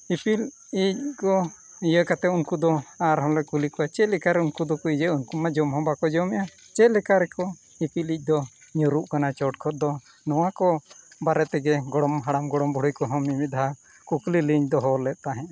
ᱤᱯᱤᱞ ᱤᱡ ᱠᱚ ᱤᱭᱟᱹ ᱠᱟᱛᱮᱫ ᱩᱱᱠᱩ ᱫᱚ ᱟᱨᱦᱚᱸᱞᱮ ᱠᱩᱞᱤ ᱠᱚᱣᱟ ᱪᱮᱫ ᱞᱮᱠᱟᱨᱮ ᱩᱱᱠᱩ ᱫᱚᱠᱚ ᱤᱭᱟᱹᱜᱼᱟ ᱩᱱᱠᱩ ᱢᱟ ᱡᱚᱢ ᱦᱚᱸ ᱵᱟᱠᱚ ᱡᱚᱢᱮᱜᱫᱼᱟ ᱪᱮᱫ ᱞᱮᱠᱟ ᱨᱮᱠᱚ ᱤᱯᱤᱞ ᱤᱡ ᱫᱚ ᱧᱩᱨᱦᱩᱜ ᱠᱟᱱᱟᱭ ᱪᱚᱴ ᱠᱷᱚᱱ ᱫᱚ ᱱᱚᱣᱟ ᱠᱚ ᱵᱟᱨᱮ ᱛᱮᱜᱮ ᱜᱚᱲᱚᱢ ᱦᱟᱲᱟᱢ ᱜᱚᱲᱚᱢ ᱵᱩᱲᱦᱤ ᱠᱚᱦᱚᱸ ᱢᱤᱢᱤᱫ ᱫᱷᱟᱣ ᱠᱩᱠᱞᱤ ᱞᱤᱧ ᱫᱚᱦᱚ ᱞᱮᱫ ᱛᱟᱦᱮᱸᱫ